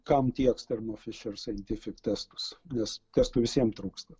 kam tieks thermo fisher scientific testus nes testų visiem trūksta